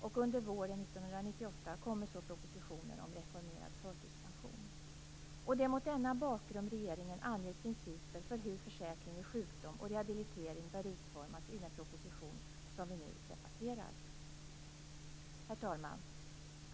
Under våren 1998 kommer så propositionen om reformerad förtidspension. Det är mot denna bakgrund regeringen anger principer för hur försäkring vid sjukdom och rehabilitering bör utformas i den proposition som vi nu debatterar. Herr talman!